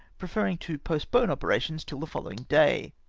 pre ferring to postpone operations till the following day.